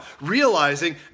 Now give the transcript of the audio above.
realizing